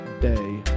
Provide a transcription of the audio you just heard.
Day